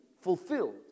fulfilled